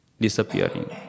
disappearing